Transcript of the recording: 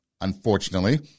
unfortunately